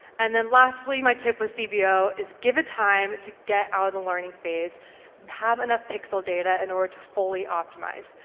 and then lastly my tip with cbo is, give it time to get out of the learning phase and have enough pixel data in order to fully optimise.